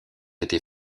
été